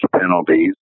penalties